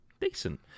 decent